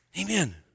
amen